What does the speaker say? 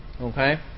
Okay